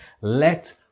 let